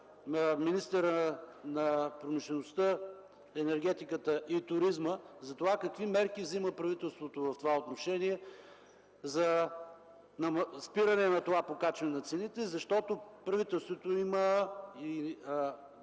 министъра на икономиката, енергетиката и туризма, за това какви мерки взема правителството в това отношение – за спиране на това покачване на цените. Правителството и